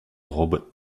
robot